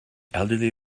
elderly